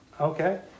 okay